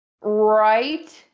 Right